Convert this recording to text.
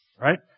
Right